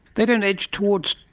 they don't edge towards,